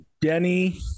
denny